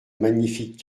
magnifique